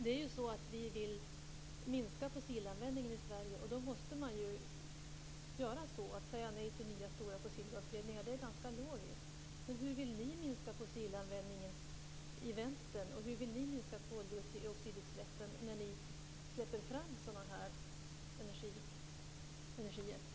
Det är ju så att vi vill minska användningen av fossila bränslen i Sverige. Då måste man göra så här. Att säga nej till nya stora fossilgasledningar är ganska logiskt. Men hur vill ni i vänstern minska användningen av fossila bränslen? Hur vill ni minska koldioxidutsläppen eftersom ni släpper fram den här typen av energi?